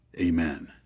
Amen